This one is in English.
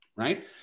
right